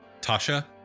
Tasha